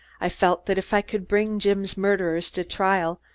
i felt that if i could bring jim's murderers to trial,